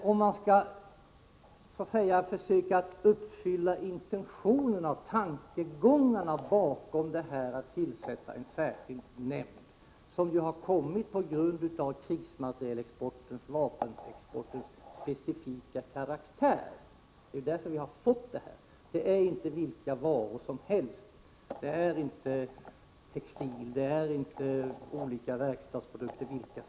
Om man skall försöka uppfylla intentionerna och tankegångarna bakom förslaget att tillsätta en särskild nämnd, som ju har föreslagits på grund av krigsmaterielexportens och vapenexportens specifika karaktär, bör en förändring ske. Det är med anledning av materielens karaktär som frågan om nämnd har tagits upp. Det handlar inte om vilka varor som helst —t.ex.